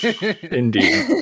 indeed